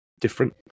different